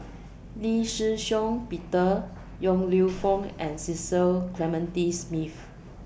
Lee Shih Shiong Peter Yong Lew Foong and Cecil Clementi Smith